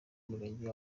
umurenge